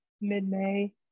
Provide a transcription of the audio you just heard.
mid-May